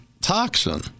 toxin